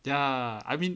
ya I mean